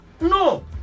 no